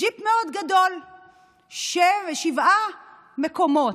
ג'יפ גדול מאוד של שבעה מקומות.